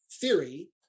theory